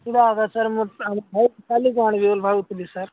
ପୁରା ବିଷୟରେ ମୁଁ ତାହାଲେ ବହୁତ ଜଣେଇ ଦେବି ବେଲି ଭାବୁ ଥିଲି ସାର୍